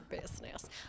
business